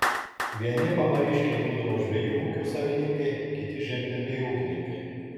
vieni pamariškiai būdavo žvejų ūkių savininkai kiti žemdirbiai ūkininkai